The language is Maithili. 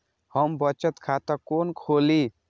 हम बचत खाता कोन खोली?